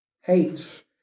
hates